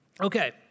okay